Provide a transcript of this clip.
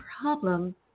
problem